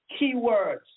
keywords